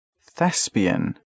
thespian